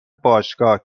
باشگاه